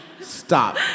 Stop